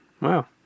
Wow